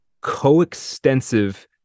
coextensive